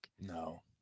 No